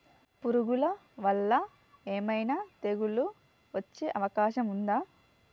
పురుగుల వల్ల ఏమైనా తెగులు వచ్చే అవకాశం ఉందా?